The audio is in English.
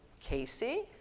Casey